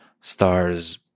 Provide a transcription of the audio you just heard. stars